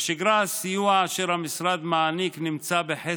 בשגרה, הסיוע אשר המשרד מעניק נמצא בחסר,